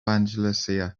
andalusia